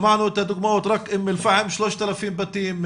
שמענו את הדוגמאות רק אום אל פאחם 3,000 בתים,